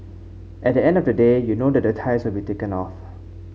at the end of the day you know the ties will be taken off